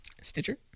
Stitcher